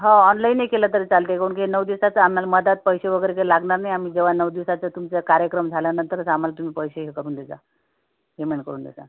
हा ऑनलाईनही केलं तरी चालतं काहूनकि नऊ दिवसाचं आम्हाला मध्यात पैसे वगैरे तर लागणार नाही आम्ही जेव्हा नऊ दिवसाचं तुमचं कार्यक्रम झाल्यानंतरच आम्हाला तुम्ही पैसे हे करून दे पेमेंट करून दे